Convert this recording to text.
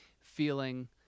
feeling